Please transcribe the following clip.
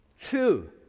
Two